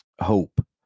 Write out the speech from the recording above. Hope